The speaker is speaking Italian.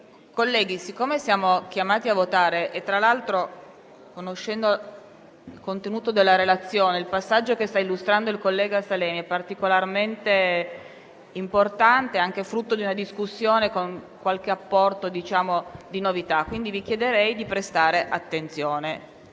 Colleghi, siccome siamo chiamati a votare e tra l'altro, conoscendo il contenuto della relazione, il passaggio che sta illustrando il collega Sallemi è particolarmente importante, anche frutto di una discussione con qualche apporto di novità, vi chiederei di prestare attenzione.